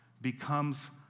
becomes